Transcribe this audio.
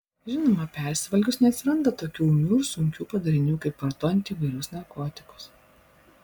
žinoma persivalgius neatsiranda tokių ūmių ir sunkių padarinių kaip vartojant įvairius narkotikus